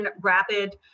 rapid